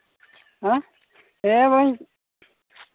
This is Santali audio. ᱦᱮᱸ ᱦᱮᱸ ᱵᱟᱹᱧ